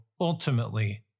ultimately